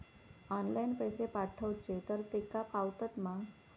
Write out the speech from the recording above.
Online पैसे पाठवचे तर तेका पावतत मा?